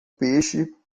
peixe